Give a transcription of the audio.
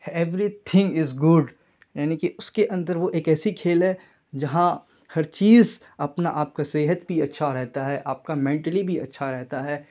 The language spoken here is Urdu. ایوری تھنگ از گڈ یعنی کہ اس کے اندر وہ ایک ایسی کھیل ہے جہاں ہر چیز اپنا آپ کا صحت بھی اچھا رہتا ہے آپ کا مینٹلی بھی اچھا رہتا ہے